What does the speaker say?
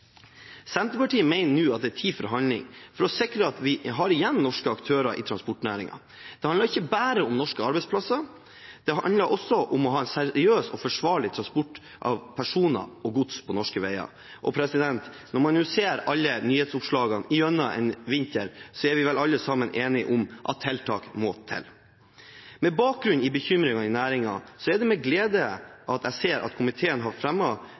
Senterpartiet mener nå at det er tid for handling, for å sikre at vi har igjen norske aktører i transportnæringen. Det handler ikke bare om norske arbeidsplasser. Det handler også om å ha en seriøs og forsvarlig transport av personer og gods på norske veier. Når man nå ser alle nyhetsoppslagene gjennom en vinter, er vi vel alle sammen enige om at tiltak må til. Med bakgrunn i bekymringen i næringen er det med glede jeg ser at komiteen